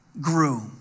grew